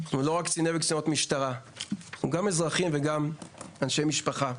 אנחנו לא רק קציני וקצינות משטרה אנחנו גם אנשי משפחה.